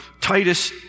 Titus